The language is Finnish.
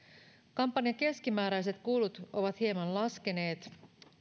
kampanjan keskimääräiset kulut ovat hieman laskeneet